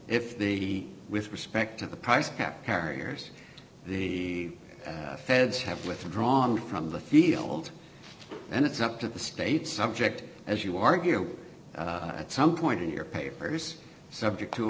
if the with respect to the price cap carriers the feds have withdrawn from the field and it's up to the state subject as you argue at some point in your papers subject to